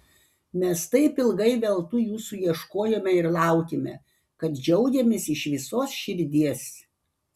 mes taip ilgai veltui jūsų ieškojome ir laukėme kad džiaugiamės iš visos širdies